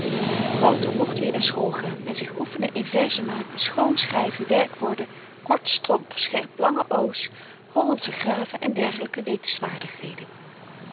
wouter mocht weer naar school gaan en zich oefenen in verzenmaken schoonschryven werkwoorden kort stomp scherplange o's hollandsche graven en dergelyke